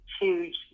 huge